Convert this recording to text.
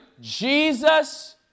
Jesus